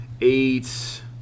eight